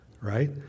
right